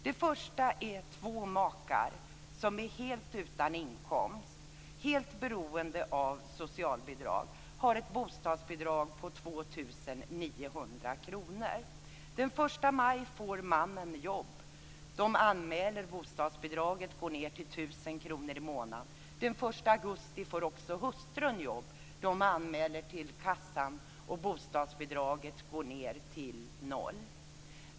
Det första är två makar som är helt utan inkomst, helt beroende av socialbidrag. De har ett bostadsbidrag på 2 900 kr. Den 1 maj får mannen jobb. De anmäler. Bostadsbidraget går ned till 1 000 kr i månaden. Den 1 augusti får också hustrun jobb. De anmäler till kassan, och bostadsbidraget går ned till noll.